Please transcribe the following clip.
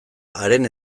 haren